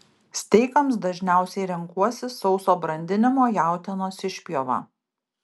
steikams dažniausiai renkuosi sauso brandinimo jautienos išpjovą